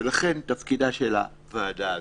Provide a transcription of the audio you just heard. ולכן תפקידה של הוועדה הזאת,